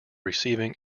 receiving